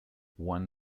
won